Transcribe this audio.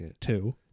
Two